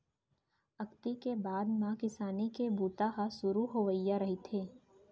अक्ती के बाद म किसानी के बूता ह सुरू होवइया रहिथे